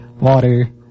water